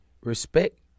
respect